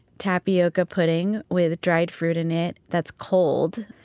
tapioca pudding with dried fruit in it that's cold.